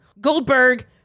Goldberg